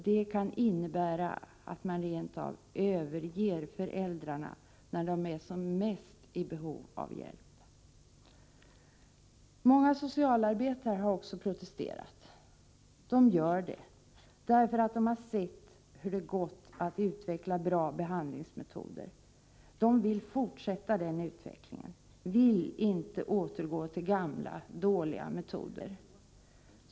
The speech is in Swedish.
Det kan innebära att man rent av överger föräldrarna när de är som mest i behov av hjälp. Många socialarbetare har också protesterat. De gör det därför att de har sett hur det gått att utveckla bra behandlingsmetoder. De vill fortsätta den utvecklingen — vill inte återgå till gamla dåliga metoder.